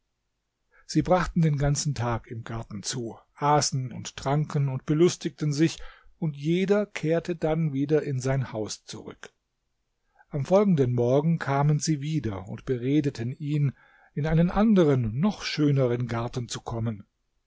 sie brachten den ganzen tag im garten zu aßen und tranken und belustigten sich und jeder kehrte dann wieder in sein haus zurück am folgenden morgen kamen sie wieder und beredeten ihn in einen anderen noch schöneren garten zu kommen